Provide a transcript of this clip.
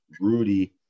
Rudy